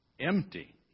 empty